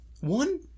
one